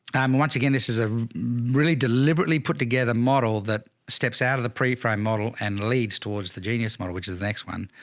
um once again, this is a really deliberately put together model that steps out of the pre-frame model and leads towards the genius model, which is the next one.